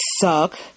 suck